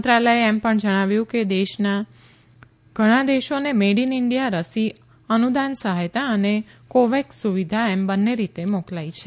મંત્રાલયે એમ પણ જણાવ્યું કે ઘણાં દેશોને મેડ ઇન ઇન્ડિયા રસી અનુદાન સહાયતા અને કોવેક્સ સુવિધા એમ બંન્ને રીતે મોકલાઇ છે